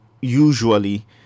usually